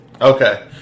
Okay